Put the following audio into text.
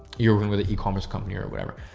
you're working with an ecommerce company or whatever,